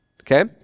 Okay